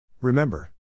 Remember